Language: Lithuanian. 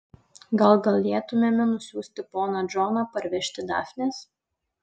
gal galėtumėme nusiųsti poną džoną parvežti dafnės